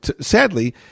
sadly